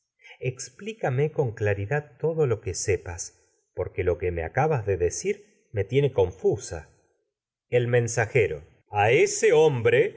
explícame lo que me claridad todo me que sepas porque acabas de decir tie ne confusa el mensajero a ese hombre